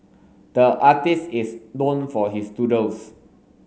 the artist is known for his doodles